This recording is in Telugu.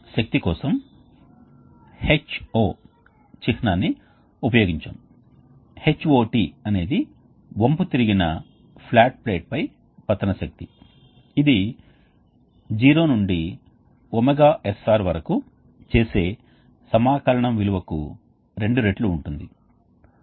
ఇప్పుడు హీట్ ఎక్స్ఛేంజర్స్ ను వర్గీకరించడానికి వివిధ మార్గాలు ఉన్నాయి హీట్ ఎక్స్ఛేంజర్ ని వర్గీకరించే ఒక మార్గం ఏమిటంటే హీట్ ఎక్స్ఛేంజర్ ని మనం రికపరేటర్లుసైక్లింగ్ ద్వారా వేడిని పునరుద్ధరించే ఉష్ణ మార్పిడి వ్యవస్థలుమరియు రీజెనరేటర్లుగా వర్గీకరించవచ్చు రికపరేటర్లుసైక్లింగ్ ద్వారా వేడిని పునరుద్ధరించే ఉష్ణ మార్పిడి వ్యవస్థలు అంటే నిరంతరంగా చల్లని ద్రవం మరియు వేడి ద్రవం మధ్య ఎటువంటి ఇంటర్మీడియట్ స్టోరేజ్ మెటీరియల్ మీడియం లేకుండా ఉష్ణ మార్పిడి ఉంటుందని అర్తం